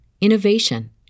innovation